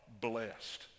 blessed